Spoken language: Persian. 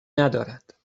ندارد